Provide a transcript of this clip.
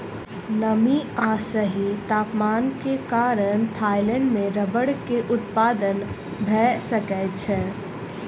नमी आ सही तापमान के कारण थाईलैंड में रबड़ के उत्पादन भअ सकै छै